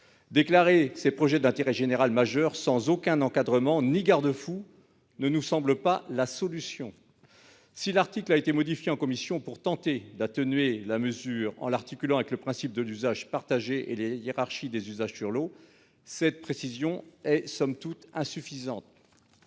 Déclarer ces projets d'intérêt général majeur sans aucun encadrement ni garde-fou ne nous semble pas la solution. Certes, l'article a été modifié en commission pour tenter d'atténuer la mesure, en l'articulant avec le principe de l'usage partagé et les hiérarchies des usages de l'eau, mais cette précision est insuffisante.